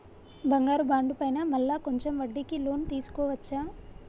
బంగారు బాండు పైన మళ్ళా కొంచెం వడ్డీకి లోన్ తీసుకోవచ్చా?